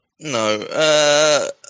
No